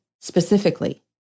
specifically